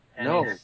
No